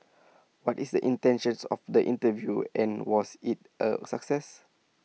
what is the intentions of the interview and was IT A success